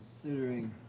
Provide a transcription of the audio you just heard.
considering